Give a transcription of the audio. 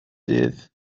dydd